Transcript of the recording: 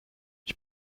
ich